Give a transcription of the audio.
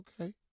Okay